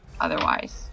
otherwise